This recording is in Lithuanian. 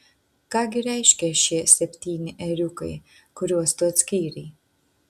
ką gi reiškia šie septyni ėriukai kuriuos tu atskyrei